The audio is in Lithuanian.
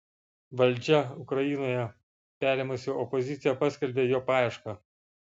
valdžią ukrainoje perėmusi opozicija paskelbė jo paiešką